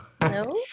No